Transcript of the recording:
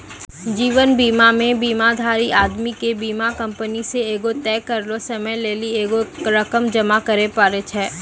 जीवन बीमा मे बीमाधारी आदमी के बीमा कंपनी मे एगो तय करलो समय लेली एगो रकम जमा करे पड़ै छै